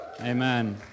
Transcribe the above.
Amen